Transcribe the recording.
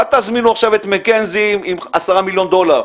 אל תזמינו עכשיו את מקנזי עם עשרה מיליון דולר,